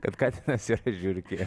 kad katinas yra žiurkė